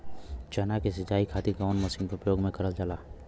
चना के सिंचाई खाती कवन मसीन उपयोग करल जाला?